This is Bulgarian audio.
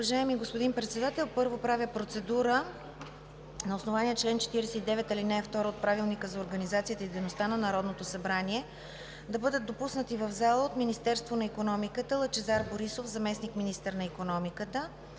Уважаеми господин Председател, първо, правя процедура на основание чл. 49, ал. 2 от Правилника за организацията и дейността на Народното събрание да бъдат допуснати в залата от Министерството на икономиката: Лъчезар Борисов – заместник-министър на икономиката;